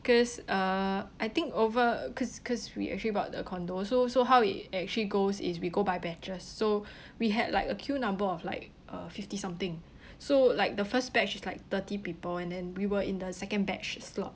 because uh I think over cause cause we actually bought the condo so so how it actually goes is we go by batches so we had like a queue number of like uh fifty something so like the first batch is like thirty people and then we were in the second batch's slot